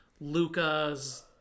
Luca's